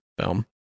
film